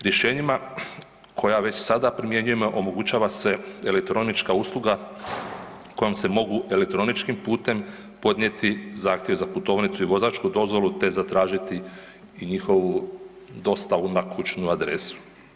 Rješenjima koja već sada primjenjujemo omogućava se elektronička usluga kojom se mogu elektroničkim putem podnijeti zahtjevi za putovnicu i vozačku dozvolu, te zatražiti i njihovu dostavu na kućnu adresu.